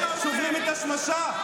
שוברים את השמשה.